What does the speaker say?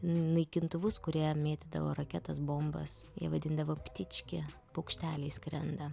naikintuvus kurie mėtydavo raketas bombas jie vadindavo ptički paukšteliai skrenda